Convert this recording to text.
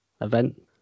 event